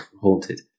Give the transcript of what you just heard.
haunted